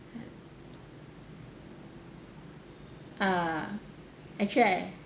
ah actually I